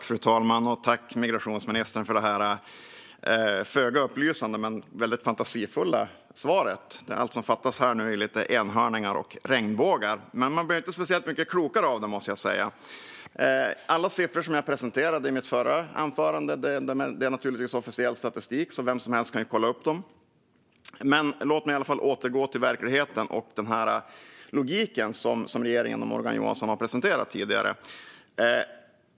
Fru talman! Tack, migrationsministern, för detta föga upplysande men väldigt fantasifulla svar! Allt som fattas är lite enhörningar och regnbågar. Jag blev inte speciellt mycket klokare av det, måste jag säga. Alla siffror som jag presenterade i mitt förra anförande är naturligtvis officiell statistik. Vem som helst kan alltså kolla upp dem. Låt mig återgå till verkligheten och den logik som regeringen och Morgan Johansson har presenterat tidigare.